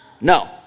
No